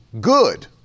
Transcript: good